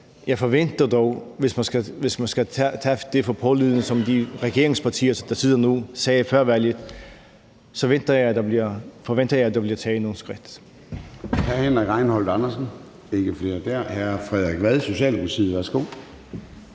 Jeg forventer dog, hvis man skal tage det for pålydende, som de regeringspartier, der sidder nu, sagde før valget, at der bliver taget nogle skridt.